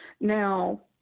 Now